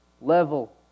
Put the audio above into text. level